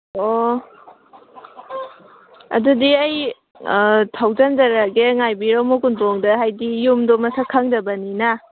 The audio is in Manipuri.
ꯑꯣ ꯑꯗꯨꯗꯤ ꯑꯩ ꯊꯧꯖꯟꯖꯔꯛꯑꯒꯦ ꯉꯥꯏꯕꯤꯔꯝꯃꯣ ꯀꯣꯟꯊꯣꯡꯗ ꯍꯥꯏꯗꯤ ꯌꯨꯝꯗꯣ ꯃꯁꯛ ꯈꯪꯗꯕꯅꯤꯅ